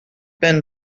been